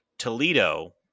Toledo